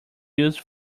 used